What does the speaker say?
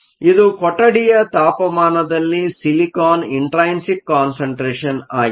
ಇದು ಕೊಠಡಿಯ ತಾಪಮಾನದಲ್ಲಿ ಸಿಲಿಕಾನ್ ಇಂಟ್ರೈನಿಕ್ ಕಾನ್ಸಂಟ್ರೇಷನ್ ಆಗಿದೆ